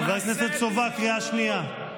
חבר הכנסת סובה, קריאה שנייה.